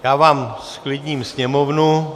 Já vám zklidním Sněmovnu.